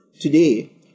Today